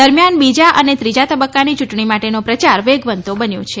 દરમિયાન બીજા અને ત્રીજા તબકકાની યુંટણી માટેનો પ્રચાર વેગવંતો બન્યો છે